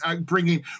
bringing